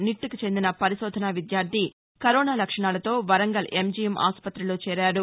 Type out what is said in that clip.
నిట్కు చెందిన పరిశోధన విద్యార్ధి కరోనా లక్షణాలతో వరంగల్ ఎంజీఎం ఆస్పతిలో చేరాదు